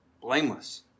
blameless